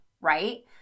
right